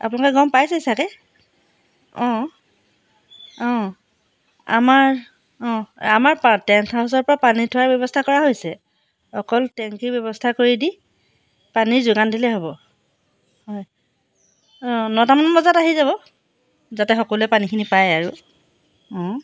আপোনালোকে গম পাইছেই চাগে অঁ অঁ আমাৰ অঁ আমাৰ টেণ্ট হাউছৰ পৰা পানী থোৱাৰ ব্যৱস্থা কৰা হৈছে অকল টেংকীৰ ব্যৱস্থা কৰি দি পানীৰ যোগান দিলেই হ'ব হয় নটামান বজাত আহি যাব যাতে সকলোৱে পানীখিনি পায় আৰু